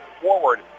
forward